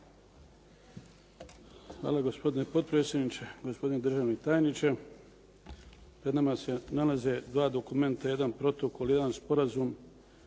Hvala gospodine potpredsjedniče, gospodine državni tajniče. Pred nama se nalaze dva dokumenta, jedan protokol, jedan sporazum.